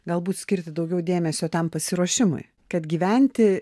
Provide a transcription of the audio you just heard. galbūt skirti daugiau dėmesio tam pasiruošimui kad gyventi